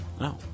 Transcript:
No